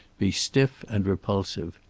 be stiff and repulsive.